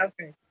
Okay